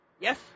Yes